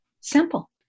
simple